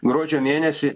gruodžio mėnesį